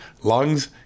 lungs